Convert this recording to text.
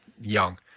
Young